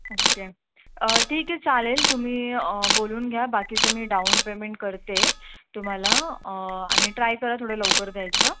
okay ठीक आहे चालेल तुम्ही बोलून घ्या बाकीचं मी डाउन पेमेंट करते तुम्हाला आणि ट्राय करा थोडं लवकर द्यायचं